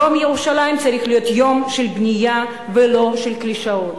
יום ירושלים צריך להיות יום של בנייה ולא של קלישאות.